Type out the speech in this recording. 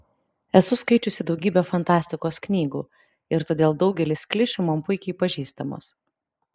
esu skaičiusi daugybę fantastikos knygų ir todėl daugelis klišių man puikiai pažįstamos